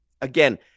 again